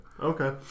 Okay